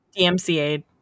DMCA